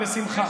בשמחה.